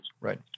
Right